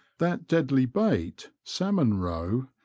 that deadly bait, salmon row,